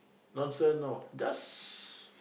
nonsense no